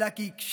אלא כי הקשיבו,